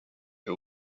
who